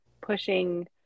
pushing